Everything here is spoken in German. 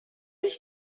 ich